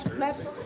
let's,